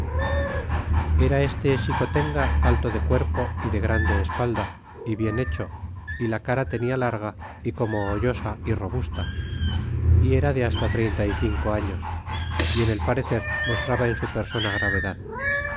era este xicotenga alto de cuerpo y de grande espalda y bien hecho y la cara tenia larga y como hoyosa y robusta y era de hasta treinta y cinco años y en el parecer mostraba en su persona gravedad